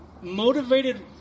motivated